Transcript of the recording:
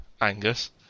Angus